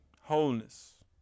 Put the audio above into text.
wholeness